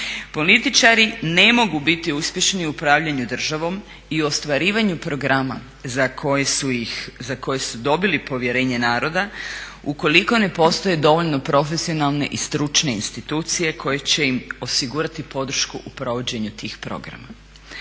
Političari ne mogu biti uspješni u upravljanju državom i u ostvarivanju programa za koje su dobili povjerenje naroda ukoliko ne postoji dovoljno profesionalne i stručne institucije koje će im osigurati podršku u provođenju tih programa.